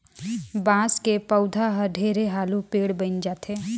बांस के पउधा हर ढेरे हालू पेड़ बइन जाथे